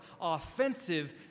offensive